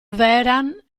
vehrehan